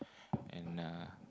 and uh